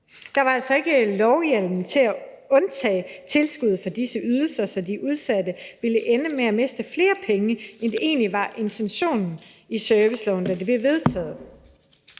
Der var altså ikke lovhjemmel til at undtage tilskuddet fra disse ydelser, og de udsatte ville så ende med at miste flere penge, end det egentlig var intentionen i serviceloven, da det blev vedtaget.